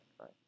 right